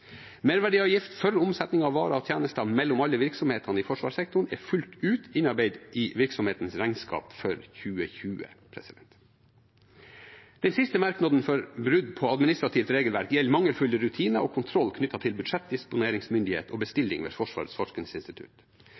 Merverdiavgift følger omsetning av varer og tjenester mellom alle virksomhetene i forsvarssektoren og er fullt ut innarbeidet i virksomhetens regnskap for 2020. Den siste merknaden for brudd på administrativt regelverk gjelder mangelfulle rutiner og kontroll knyttet til budsjettdisponeringsmyndighet og bestilling ved Forsvarets forskningsinstitutt.